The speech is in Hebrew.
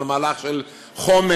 על מהלך של חומש,